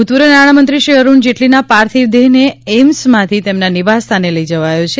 ભૂતપૂર્વ નાણાંમંત્રીશ્રી અરૂણ જેટલીના પાર્થિવ દેહને એઇમ્સમાંથી તેમના નિવાસસ્થાને લઇ જવાયો છે